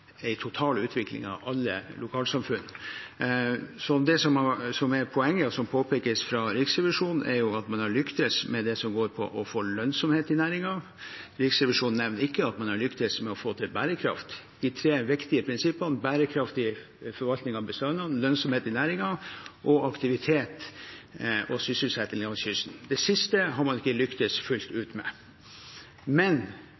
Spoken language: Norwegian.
total utvikling av alle lokalsamfunn, så det som er poenget, og som påpekes fra Riksrevisjonen, er at man har lyktes med det som går på å få lønnsomhet i næringen. Riksrevisjonen nevner ikke at man har lyktes med å få til bærekraft. De tre viktige prinsippene er bærekraftig forvaltning av bestandene, lønnsomhet i næringen og aktivitet og sysselsetting langs kysten. Det siste har man ikke lyktes fullt ut med, men